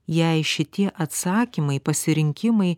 jei šitie atsakymai pasirinkimai